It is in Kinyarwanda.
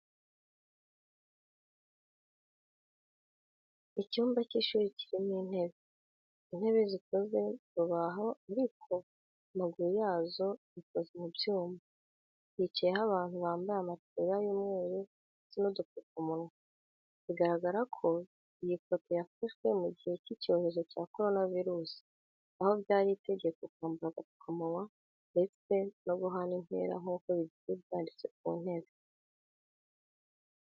Icyumba cy'ishuri kirimo intebe, intebe zikoze mu rubaho ariko amaguru yazo akoze mu byuma, hicayemo abantu bambaye amataburiya y'umweru ndetse n'udupfukamunwa. Bigaragara ko iyi foto yafashwe mu gihe cy'icyorezo cya korona virusi, aho byari itegeko kwambara agapfukamunwa ndetse no guhana intera nk'uko bigiye byanditse ku ntebe.